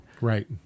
Right